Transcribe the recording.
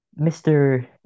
Mr